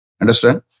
Understand